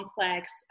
complex